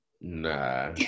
Nah